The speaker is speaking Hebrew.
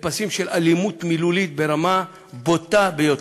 לפסים של אלימות מילולית ברמה בוטה ביותר.